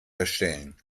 verstellen